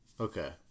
Okay